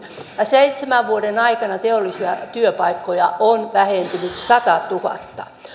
ja seitsemän vuoden aikana teollisia työpaikkoja on vähentynyt satatuhatta